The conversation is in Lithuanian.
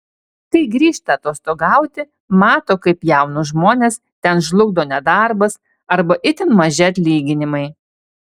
kai grįžta atostogauti mato kaip jaunus žmones ten žlugdo nedarbas arba itin maži atlyginimai